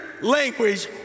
language